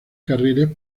carriles